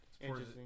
interesting